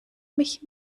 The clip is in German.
mich